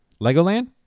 Legoland